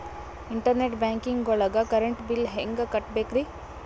Internet banking ಒಳಗ್ current bill ಹೆಂಗ್ ಕಟ್ಟ್ ಬೇಕ್ರಿ?